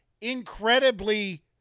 incredibly